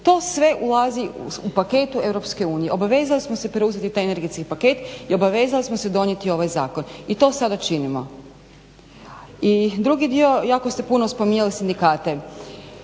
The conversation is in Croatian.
to sve ulazi u paketu Europske unije. Obavezali smo se preuzeti taj energetski paket i obavezali smo se donijeti ovaj zakon i to sada činimo. I drugi dio, jako ste puno spominjali sindikate.